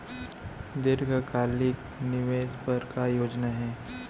दीर्घकालिक निवेश बर का योजना हे?